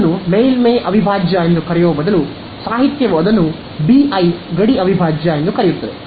ಅದನ್ನು ಮೇಲ್ಮೈ ಅವಿಭಾಜ್ಯ ಎಂದು ಕರೆಯುವ ಬದಲು ಸಾಹಿತ್ಯವು ಅದನ್ನು BI ಗಡಿ ಅವಿಭಾಜ್ಯ ಎಂದು ಕರೆಯುತ್ತದೆ